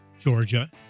Georgia